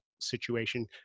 situation